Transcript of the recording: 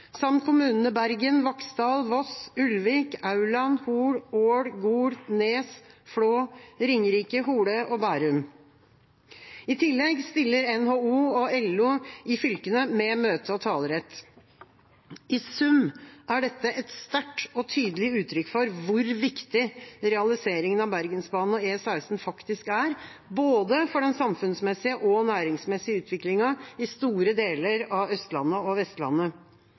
samt kommunene Bergen, Vaksdal, Voss, Ulvik, Aurland, Hol, Ål, Gol, Nes, Flå, Ringerike, Hole og Bærum. I tillegg stiller NHO og LO i fylkene med møte- og talerett. I sum er dette et sterkt og tydelig uttrykk for hvor viktig realiseringen av Bergensbanen og E16 faktisk er, både for den samfunnsmessige og for den næringsmessige utviklingen på store deler av Østlandet og Vestlandet.